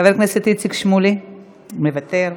חבר הכנסת איציק שמולי, מוותר.